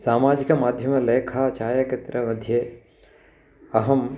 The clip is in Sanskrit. सामाजिकमाध्यमलेखा छायाकर्तृमध्ये अहं